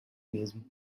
mesmo